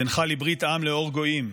"אתנך לברית עם לאור גוים",